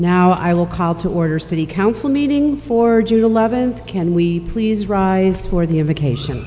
now i will call to order city council meeting for june eleventh can we please rise for the invocation